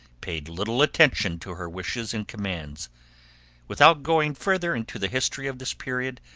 paid little attention to her wishes and commands without going further into the history of this period,